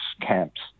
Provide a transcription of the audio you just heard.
camps